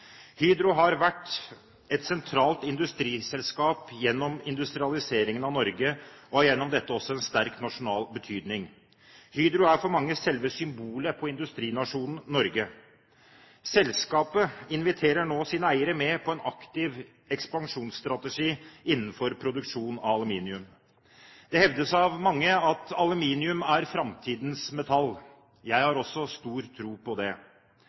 Hydro har vært et sentralt industriselskap gjennom industrialiseringen av Norge og har gjennom dette også en sterk nasjonal betydning. Hydro er for mange selve symbolet på industrinasjonen Norge. Selskapet inviterer nå sine eiere med på en aktiv ekspansjonsstrategi innenfor produksjon av aluminium. Det hevdes av mange at aluminium er framtidens metall. Jeg har også stor tro på det.